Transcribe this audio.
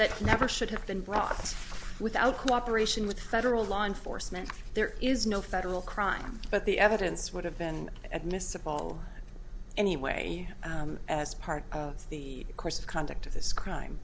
that never should have been brought without cooperation with federal law enforcement there is no federal crime but the evidence would have been admissible anyway as part of the course of conduct of this crime